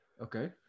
Okay